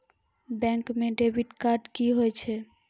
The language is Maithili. बैंक म डेबिट कार्ड की होय छै?